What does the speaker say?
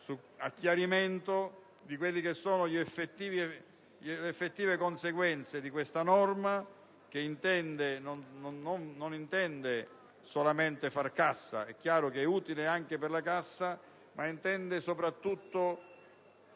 a chiarimento di quelle che sono le effettive conseguenze di questa norma che intende, non solamente fare cassa (è chiaro, però, che è utile anche per la cassa), ma, soprattutto,